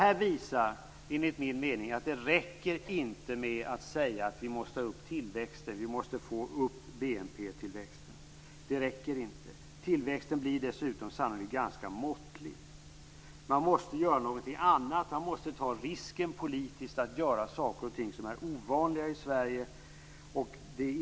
Det här visar enligt min mening att det inte räcker med att säga att vi måste få upp tillväxten, att få upp BNP-tillväxten. Det räcker inte. Tillväxten blir dessutom sannolikt ganska måttlig. Man måste göra någonting annat, man måste ta risken politiskt att göra saker och ting som är ovanliga i Sverige.